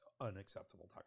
unacceptable